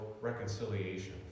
reconciliation